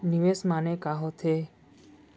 निवेश माने का होथे?